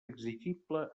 exigible